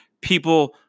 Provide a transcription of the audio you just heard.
people